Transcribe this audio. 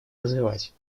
развивать